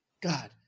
God